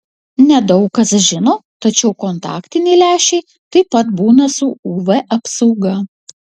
ne daug kas žino tačiau kontaktiniai lęšiai taip pat būna su uv apsauga